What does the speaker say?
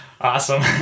awesome